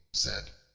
said,